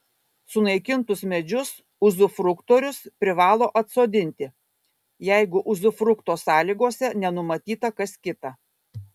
sunaikintus medžius uzufruktorius privalo atsodinti jeigu uzufrukto sąlygose nenumatyta kas kita